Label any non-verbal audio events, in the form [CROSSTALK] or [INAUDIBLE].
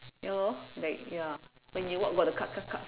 ya lor like ya when you walk got the like [NOISE]